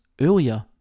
earlier